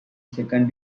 second